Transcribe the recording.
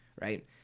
right